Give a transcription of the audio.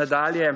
Nadalje,